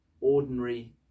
ordinary